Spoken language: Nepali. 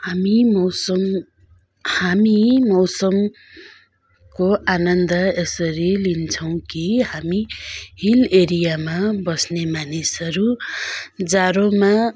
हामी मौसम हामी मौसमको आनन्द यसरी लिन्छौँ कि हामी हिल एरियामा बस्ने मानिसहरू जाडोमा